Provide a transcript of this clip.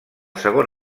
segon